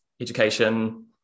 education